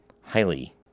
highly